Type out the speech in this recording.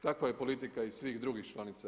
Takva je politika i svih drugih članica EU.